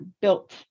built